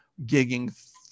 gigging